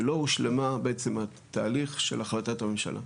ולא הושלם בעצם התהליך של החלטת הממשלה.